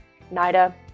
NIDA